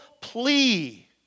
plea